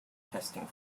testing